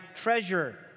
treasure